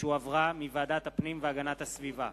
שהחזירה ועדת הפנים והגנת הסביבה,